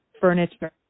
furniture